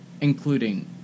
including